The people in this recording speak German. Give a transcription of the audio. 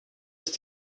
ist